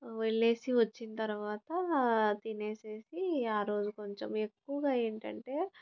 వెళ్ళేసి వచ్చిన తర్వాత తినేసి ఆరోజు కొంచెం ఎక్కువగా ఏంటంటే